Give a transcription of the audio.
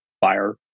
fire